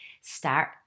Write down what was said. start